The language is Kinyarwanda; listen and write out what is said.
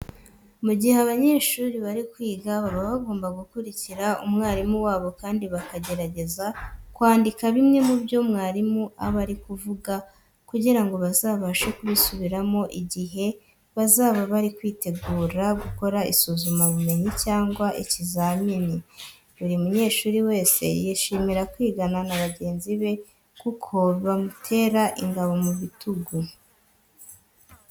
Mu gihe abanyeshuri bari kwiga baba bagomba gukurikira umwarimu wabo kandi bakagerageza kwandika bimwe mu byo mwarimu aba ari kuvuga kugira ngo bazabashe kubisubiramo igihe bazaba bari kwitegura gukora isuzumabumenyi cyangwa ibizamini. Buri munyeshuri wese yishimira kwigana na bagenzi be kuko bamutera ingabo mu bitugu.